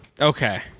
Okay